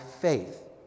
faith